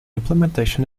implementation